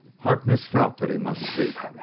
harkness felt that he must speak,